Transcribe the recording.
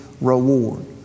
reward